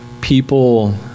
people